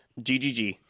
GGG